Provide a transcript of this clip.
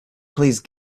please